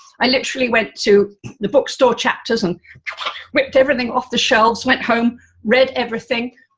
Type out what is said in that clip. i literally went to the bookstore chapters and ripped everything off the shelves, went home read everything,